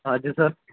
हाँ जी सर